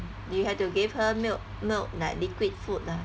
you have to give her milk milk like liquid food lah